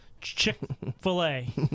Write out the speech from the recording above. Chick-fil-A